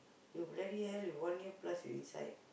you bloody hell you one year plus you inside